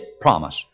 promise